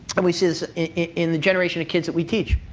and we see this in the generation of kids that we teach.